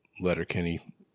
Letterkenny